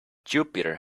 jupiter